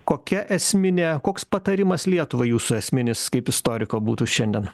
kokia esminė koks patarimas lietuvai jūsų esminis kaip istoriko būtų šiandien